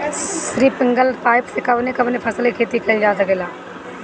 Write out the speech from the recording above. Sprinkler pipe से कवने कवने फसल क खेती कइल जा सकेला?